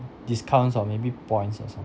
discounts or maybe points or something